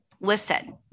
Listen